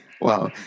Wow